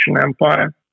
empire